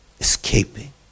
Escaping